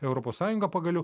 europos sąjungą pagaliau